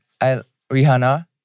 Rihanna